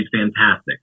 fantastic